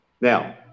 Now